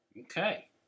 Okay